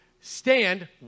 stand